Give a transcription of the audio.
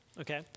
okay